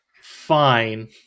fine